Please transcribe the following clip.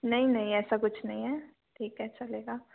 नहीं नहीं ऐसा कुछ नहीं है ठीक है चलेगा